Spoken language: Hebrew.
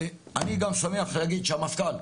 אני גם שמח להגיד שהמפכ"ל,